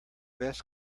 best